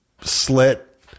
slit